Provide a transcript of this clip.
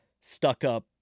stuck-up